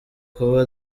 kuba